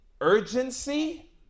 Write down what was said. urgency